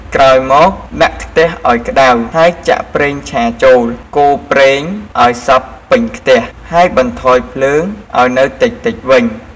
ក្រោយមក ដាក់ខ្ទះឱ្យក្តៅហើយចាក់ប្រេងឆាចូល កូរប្រេងឱ្យសព្វពេញខ្ទះហើយបន្ថយភ្លើងឱ្យនៅតិចៗវិញ។